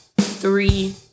three